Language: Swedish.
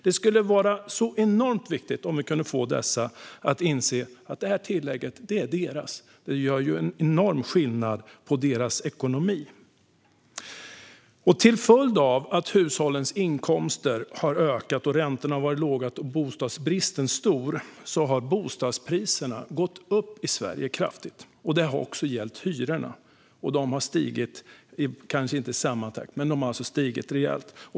Det skulle vara enormt viktigt om vi kunde få dem att inse att tillägget är deras. Det gör en enorm skillnad för deras ekonomi. Till följd av att hushållens inkomster har stigit och att räntorna har varit låga och bostadsbristen stor har bostadspriserna gått upp kraftigt i Sverige, och det har också gällt hyrorna. Dessa har kanske inte stigit i samma takt, men de har stigit rejält.